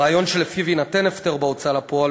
הרעיון שלפיו יינתן הפטר בהוצאה לפועל